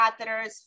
catheters